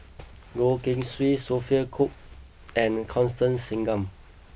Goh Keng Swee Sophia Cooke and Constance Singam